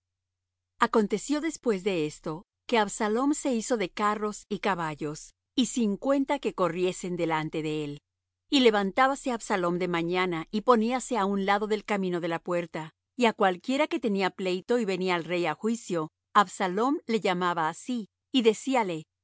acontecio después de esto que absalom se hizo de carros y caballos y cincuenta que corriesen delante de él y levantábase absalom de mañana y poníase á un lado del camino de la puerta y á cualquiera que tenía pleito y venía al rey á juicio absalom le llamaba á sí y decíale de